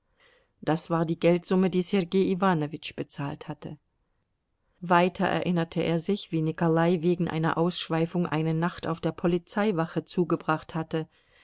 das war die geldsumme die sergei iwanowitsch bezahlt hatte weiter erinnerte er sich wie nikolai wegen einer ausschweifung eine nacht auf der polizeiwache zugebracht hatte